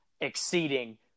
exceeding